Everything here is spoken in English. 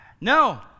No